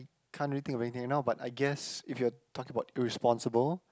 can't really think of anything eh now but I guess if you are talking about irresponsible